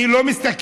אני לא מסתכל,